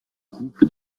couples